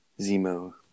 Zemo